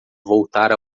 voltar